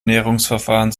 näherungsverfahren